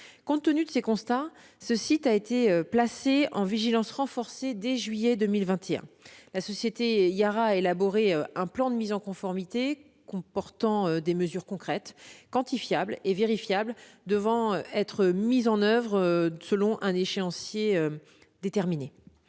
Compte tenu de ces constats, ce site a été placé en vigilance renforcée dès juillet 2021. La société Yara a élaboré un plan de mise en conformité comportant des mesures concrètes, quantifiables et vérifiables, qui doivent être mises en oeuvre selon un échéancier déterminé.